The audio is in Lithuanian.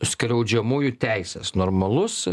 skriaudžiamųjų teises normalus